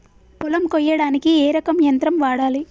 పొలం కొయ్యడానికి ఏ రకం యంత్రం వాడాలి?